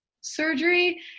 surgery